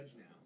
now